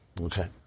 okay